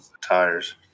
tires